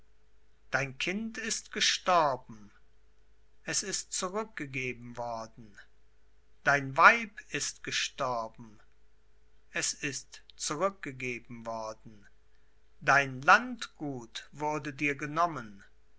dein kind ist gestorben es ist zurückgegeben worden dein weib ist gestorben es ist zurückgegeben worden dein landgut wurde dir genommen